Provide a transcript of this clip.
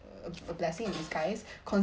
uh a blessing in disguise